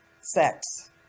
sex